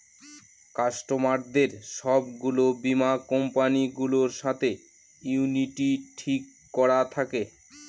কাস্টমারদের সব গুলো বীমা কোম্পানি গুলোর সাথে ইউনিটি ঠিক করা থাকে